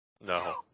No